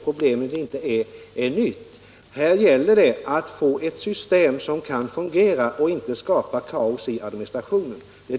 Problemet är ändå inte nytt. Här gäller det att få ett system som kan fungera och inte skapa kaos i administrationen.